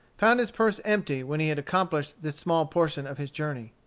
found his purse empty when he had accomplished this small portion of his journey.